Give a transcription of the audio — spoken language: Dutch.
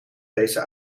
deze